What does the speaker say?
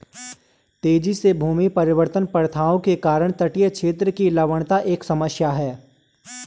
तेजी से भूमि परिवर्तन प्रथाओं के कारण तटीय क्षेत्र की लवणता एक समस्या है